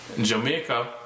Jamaica